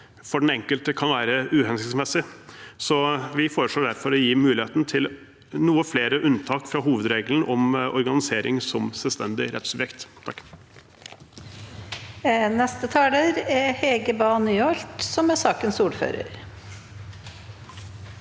for den enkelte kan være uhensiktsmessig, så vi foreslår derfor å gi mulighet til noen flere unntak fra hovedregelen om organisering som selvstendig rettssubjekt.